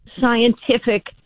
scientific